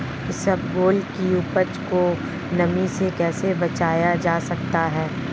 इसबगोल की उपज को नमी से कैसे बचाया जा सकता है?